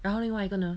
然后另外一个呢